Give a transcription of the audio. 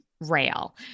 rail